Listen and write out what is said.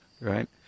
right